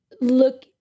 Look